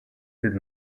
did